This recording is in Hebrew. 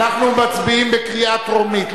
אנחנו מצביעים בקריאה טרומית,